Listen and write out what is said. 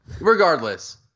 regardless